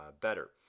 better